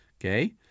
okay